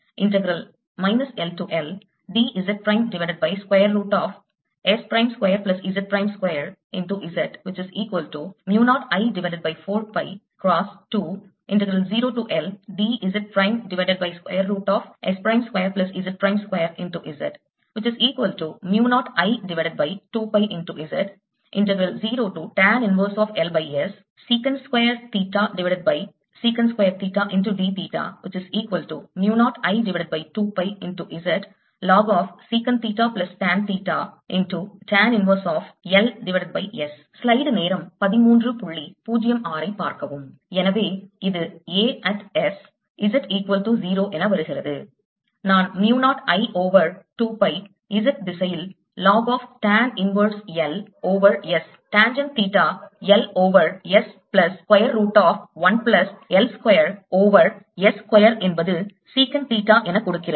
எனவே இது A at s z equal to 0 என வருகிறது நான் mu 0 I over 2 pi Z திசையில் log of tan inverse L over S tangent theta L over S plus square root of 1 plus L square over S square என்பது secant theta என கொடுக்கிறது